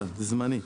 זמני.